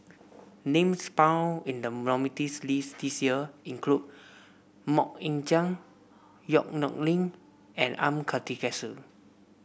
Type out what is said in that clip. names found in the nominees' list this year include MoK Ying Jang Yong Nyuk Lin and M Karthigesu